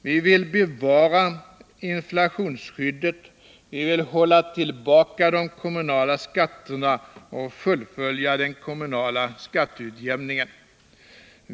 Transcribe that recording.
Vi vill bevara inflationsskyddet. Vi vill hålla tillbaka de kommunala skatterna och fullfölja den kommunala skatteutjämningen.